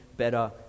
better